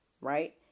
Right